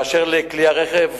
3. באשר לכלי הרכב